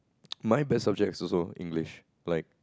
my best subject is also English like